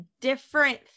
different